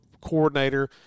coordinator